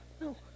no